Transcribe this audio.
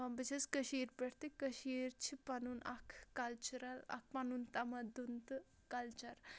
بہٕ چھَس کٔشیٖر پٮ۪ٹھ تہٕ کٔشیٖر چھِ پَنُن اَکھ کَلچرَل اَکھ پَنُن تَمَدُن تہٕ کَلچَر